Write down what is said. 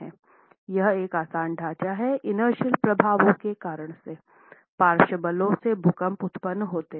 यह एक आसान ढांचा है इनरटीएल प्रभावों के कारण से पार्श्व बलों से भूकंप उत्पन्न होते हैं